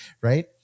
right